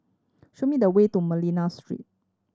show me the way to Manila Street